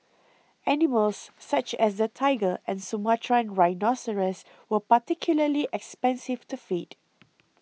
animals such as the tiger and Sumatran rhinoceros were particularly expensive to feed